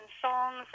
songs